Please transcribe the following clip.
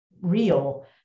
real